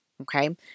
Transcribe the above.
Okay